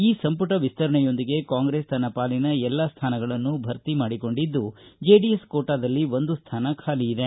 ಇಂದಿನ ಸಂಪುಟ ವಿಸ್ತರಣೆಯೊಂದಿಗೆ ಕಾಂಗ್ರೆಸ್ ತನ್ನ ಪಾಲಿನ ಎಲ್ಲಾ ಸ್ಥಾನಗಳನ್ನು ಭರ್ತಿ ಮಾಡಿಕೊಂಡಿದ್ದು ಜೆಡಿಎಸ್ ಕೋಟಾದಲ್ಲಿ ಒಂದು ಸ್ಟಾನ ಖಾಲಿ ಇದೆ